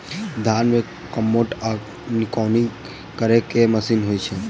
धान मे कमोट वा निकौनी करै लेल केँ मशीन होइ छै?